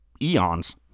eons